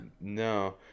No